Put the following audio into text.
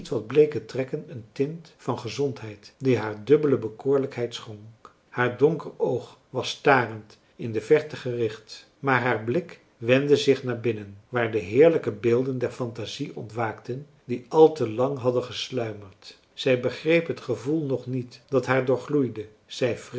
bleeke trekken een tint van gezondheid die haar dubbele bekoorlijkheid schonk haar donker oog was starend in de verte gericht maar haar blik wendde zich naar binnen waar de heerlijke beelden der fantasie ontwaakten die al te lang hadden gesluimerd zij begreep het gevoel nog niet dat haar doorgloeide zij